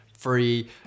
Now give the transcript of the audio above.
Free